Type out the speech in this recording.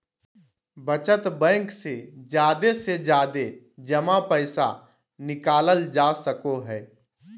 बचत बैंक से जादे से जादे जमा पैसा निकालल जा सको हय